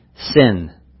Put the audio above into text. sin